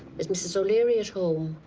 is mrs. o'leary at home?